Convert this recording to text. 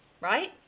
right